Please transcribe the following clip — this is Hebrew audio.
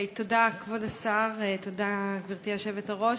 תודה, כבוד השר, תודה, גברתי היושבת-ראש,